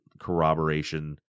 corroboration